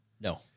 No